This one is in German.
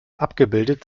abgebildet